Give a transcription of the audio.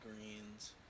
greens